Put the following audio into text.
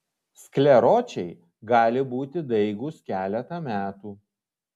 skleročiai gali būti daigūs keletą metų